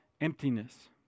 emptiness